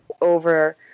over